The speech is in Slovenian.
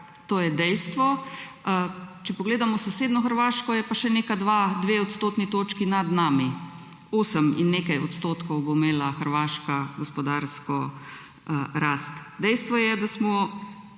to je dejstvo. Če pogledamo sosednjo Hrvaško, je pa še 2 odstotni točki nad nami, 8 in nekaj odstotkov bo imela Hrvaška gospodarske rasti. Dejstvo je, da smo